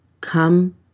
come